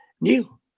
new